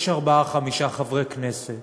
יש ארבעה-חמישה חברי כנסת